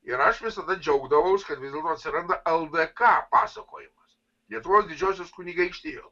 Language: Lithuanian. ir aš visada džiaugdavausi kad vis dėlto atsiranda ldk pasakojimas lietuvos didžiosios kunigaikštijos